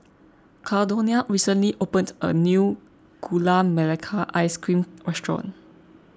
Caldonia recently opened a new Gula Melaka Ice Cream restaurant